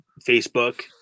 facebook